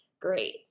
great